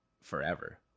forever